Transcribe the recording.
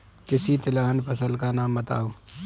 किसी तिलहन फसल का नाम बताओ